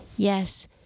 Yes